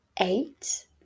eight